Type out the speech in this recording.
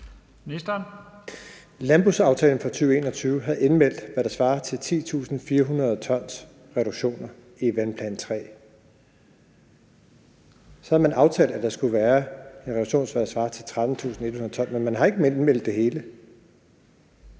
Landbrugsaftalen fra 2021 har indmeldt, hvad der svarer til 10.400 t reduktioner i Vandplan III. Så havde man aftalt, at der skulle være en reduktion, der svarer til 13.100 t, men har ikke indmeldt det hele.